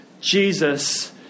Jesus